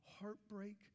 heartbreak